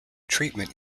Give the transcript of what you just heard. treatment